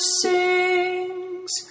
sings